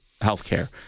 healthcare